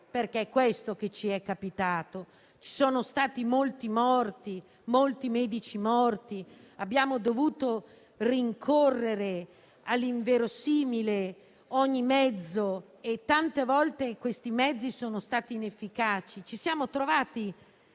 Questo ci è capitato: ci sono stati molti morti e molti medici morti. Abbiamo dovuto rincorrere all'inverosimile con ogni mezzo e tante volte i mezzi sono stati inefficaci. Ci siamo trovati